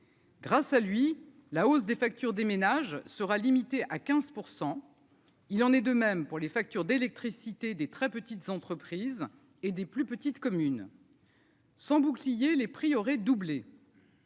Grâce à lui, la hausse des factures des ménages sera limitée à 15 % il en est de même pour les factures d'électricité, des très petites entreprises et des plus petites communes. Sans bouclier les prix aurait doublé.